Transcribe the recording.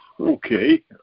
Okay